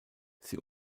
sie